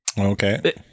Okay